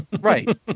right